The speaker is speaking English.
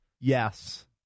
Yes